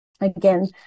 Again